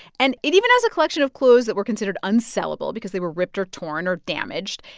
and it even has a collection of clothes that were considered unsellable because they were ripped or torn or damaged.